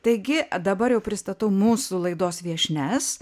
taigi dabar jau pristatau mūsų laidos viešnias